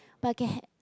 but I can had